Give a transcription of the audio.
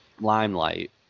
limelight